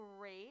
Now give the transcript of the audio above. great